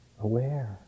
aware